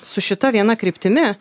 su šita viena kryptimi